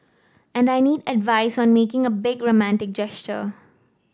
and I need advice on making a big romantic gesture